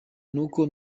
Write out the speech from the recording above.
nuko